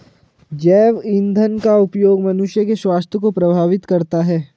जैव ईंधन का उपयोग मनुष्य के स्वास्थ्य को प्रभावित करता है